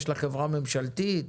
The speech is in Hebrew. יש לה חברה ממשלתית,